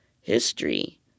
history